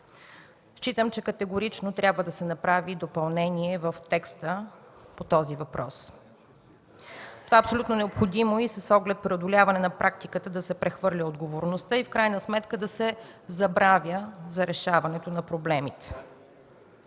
Считам категорично, че трябва да се направи допълнение в текста по този въпрос и това е абсолютно необходимо и с оглед преодоляване на практиката да се прехвърля отговорността и в крайна сметка да се забравя за решаването на проблемите.